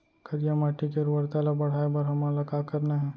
करिया माटी के उर्वरता ला बढ़ाए बर हमन ला का करना हे?